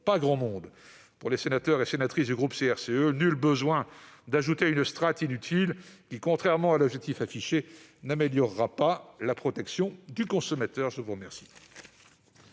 pas grand monde. Pour les sénateurs et les sénatrices du groupe CRCE, nul besoin d'ajouter une strate inutile, qui, contrairement à l'objectif affiché, n'améliorera pas la protection du consommateur. La parole